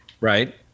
right